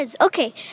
Okay